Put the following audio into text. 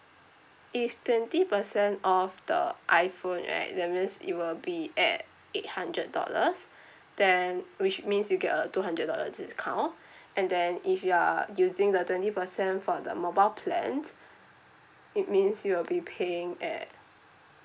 if twenty percent off the iPhone right that means it will be at eight hundred dollars then which means you get a two hundred dollar discount and then if you are using the twenty percent for the mobile plans it means you'll be paying at